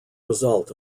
result